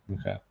Okay